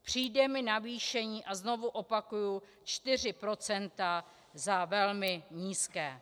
Přijde mi navýšení a znovu opakuji 4 % za velmi nízké.